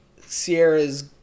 Sierra's